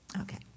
Okay